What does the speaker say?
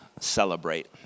celebrate